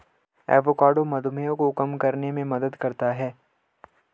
avocado मधुमेह को कम करने में मदद करता है